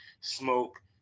Smoke